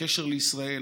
הקשר לישראל,